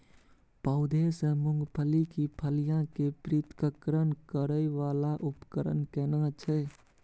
पौधों से मूंगफली की फलियां के पृथक्करण करय वाला उपकरण केना छै?